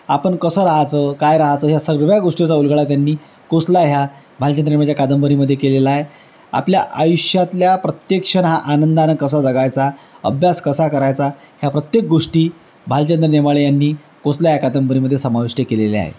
आपण कसं राहायचं काय राहायचं ह्या सर्व गोष्टीचा उलगडा त्यांनी कोसला ह्या भालचंद्र नेमाच्या कादंबरीमध्ये केलेला आहे आपल्या आयुष्यातल्या प्रत्येक क्षण हा आनंदानं कसा जगायचा अभ्यास कसा करायचा ह्या प्रत्येक गोष्टी भालचंद्र नेमाडे यांनी कोसला या कादंबरीमध्ये समाविष्ट केलेल्या आहे